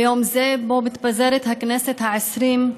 ביום זה שבו מתפזרת הכנסת העשרים,